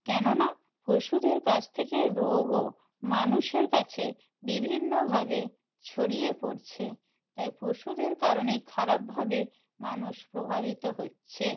কেননা পশুদের কাছ থেকে রোগও মানুষের কাছে বিভিন্নভাবে ছড়িয়ে পড়ছে তাই পশুদের কারণে খারাপভাবে মানুষ প্রভাবিত হচ্ছে